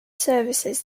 services